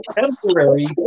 temporary